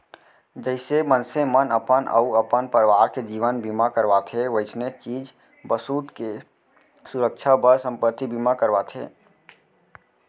जइसे मनसे मन अपन अउ अपन परवार के जीवन बीमा करवाथें वइसने चीज बसूत के सुरक्छा बर संपत्ति बीमा करवाथें